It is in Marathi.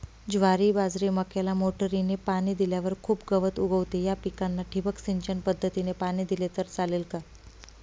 ज्वारी, बाजरी, मक्याला मोटरीने पाणी दिल्यावर खूप गवत उगवते, या पिकांना ठिबक सिंचन पद्धतीने पाणी दिले तर चालेल का?